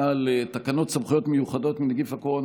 על תקנות סמכויות מיוחדות לנגיף הקורונה